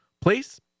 place